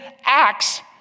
Acts